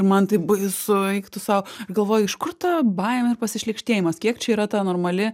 man taip baisu eik tu sau galvoju iš kur ta baimė ir pasišlykštėjimas kiek čia yra ta normali